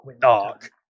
dark